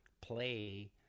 play